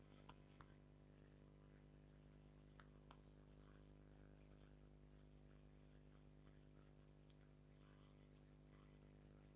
financial market में security के रूप में स्टॉक आउ बॉन्ड के खरीद बिक्री कैल जा हइ